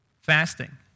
fasting